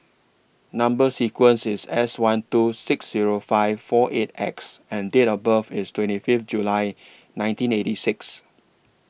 Number sequence IS S one two six Zero five four eight X and Date of birth IS twenty Fifth July nineteen eighty six